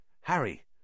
Harry